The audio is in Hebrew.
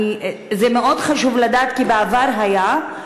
מאוד חשוב לדעת, כי בעבר הייתה.